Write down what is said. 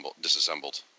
disassembled